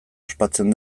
ospatzen